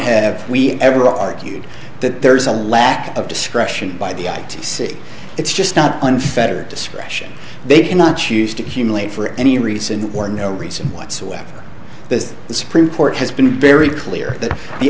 have we ever argued that there is a lack of discretion by the i t c it's just not unfettered discretion they cannot use to humiliate for any reason or no reason whatsoever that the supreme court has been very clear that the